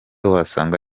wasanga